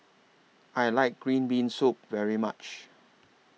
I like Green Bean Soup very much